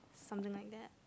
something like that